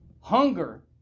Hunger